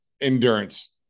endurance